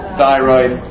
thyroid